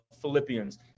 Philippians